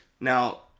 Now